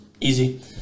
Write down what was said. easy